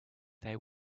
they